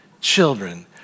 children